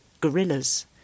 gorillas